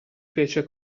fece